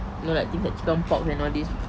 you know like things like chicken pox and all this